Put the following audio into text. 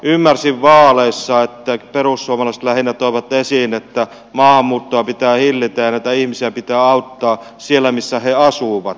ymmärsin vaaleissa että perussuomalaiset lähinnä toivat esiin että maahanmuuttoa pitää hillitä ja näitä ihmisiä pitää auttaa siellä missä he asuvat